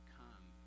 come